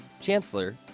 Chancellor